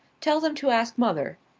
tell them to ask mother.